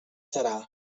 serà